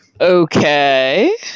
Okay